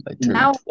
now